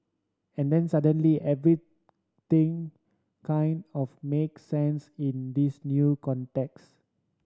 and then suddenly everything kind of makes sense in this new context